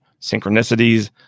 synchronicities